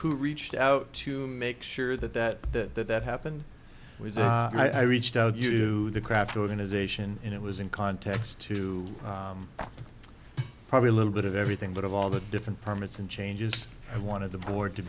who reached out to make sure that that that that that happened i reached out to the craft organization and it was in context to probably a little bit of everything but of all the different permits and changes i wanted the board to